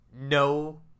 no